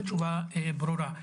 התשובה ברורה.